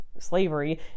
slavery